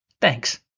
Thanks